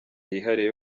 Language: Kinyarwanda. yihariye